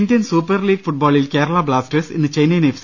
Indian Super League ഫുട്ബോളിൽ Kerala Blasters ഇന്ന് Chennaiyin F